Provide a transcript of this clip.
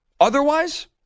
Otherwise